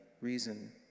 reason